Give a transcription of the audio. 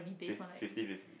fif~ fifty fif~